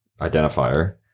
identifier